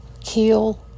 kill